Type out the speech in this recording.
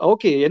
Okay